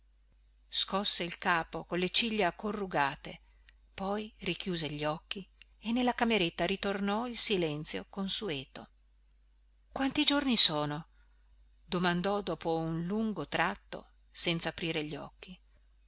scosse il capo con le ciglia corrugate poi richiuse gli occhi e nella cameretta ritornò il silenzio consueto quanti giorni sono domandò dopo un lungo tratto senza aprire gli occhi